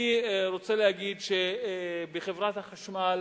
אני רוצה להגיד שבחברת החשמל